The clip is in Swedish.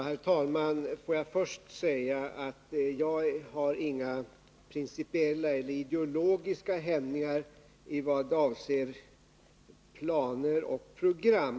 Herr talman! Får jag först säga att jag inte har några principiella eller ideologiska hämningar i vad avser planer och program.